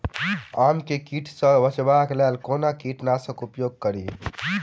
आम केँ कीट सऽ बचेबाक लेल कोना कीट नाशक उपयोग करि?